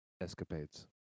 escapades